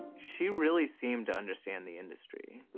she really seemed to understand the industry.